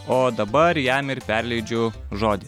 o dabar jam ir perleidžiu žodį